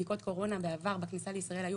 בדיקות קורונה בכניסה לישראל בעבר היו